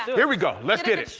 here we go. let's did it.